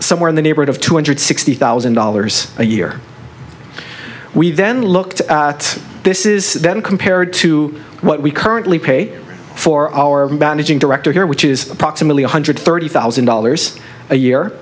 somewhere in the neighborhood of two hundred sixty thousand dollars a year we then looked at this is then compared to what we currently pay for our managing director here which is proxima one hundred thirty thousand dollars a year